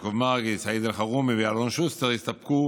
יעקב מרגי, סעיד אלחרומי ואלון שוסטר, יסתפקו